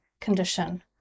condition